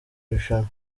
rushanwa